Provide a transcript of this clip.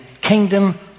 Kingdom